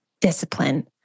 discipline